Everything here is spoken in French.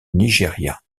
nigeria